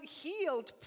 healed